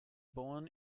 born